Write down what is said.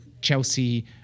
Chelsea